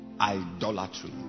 Idolatry